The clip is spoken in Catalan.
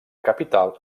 capital